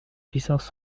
puissance